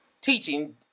teaching